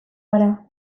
gara